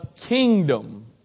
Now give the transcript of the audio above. kingdom